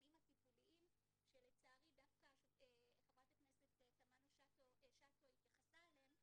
מהתכנים הטיפוליים שלצערי דווקא חברת הכנסת תמנו-שטה התייחסה אליהם,